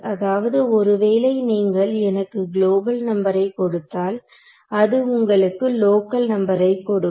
அதாவது ஒருவேளை நீங்கள் எனக்கு குளோபல் நம்பரை கொடுத்தால் அது உங்களுக்கு லோக்கல் நம்பரை கொடுக்கும்